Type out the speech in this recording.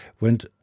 went